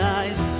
eyes